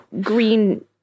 green